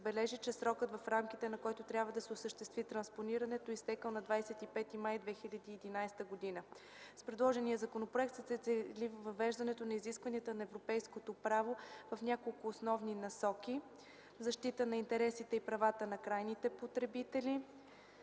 отбележи, че срокът, в рамките на който трябва да се осъществи транспонирането, е изтекъл на 25 май 2011 г. С предложеният законопроект се цели въвеждането на изискванията на европейското право в няколко основни насоки: защита на интересите и правата на крайните потребители,